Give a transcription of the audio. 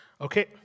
Okay